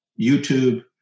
YouTube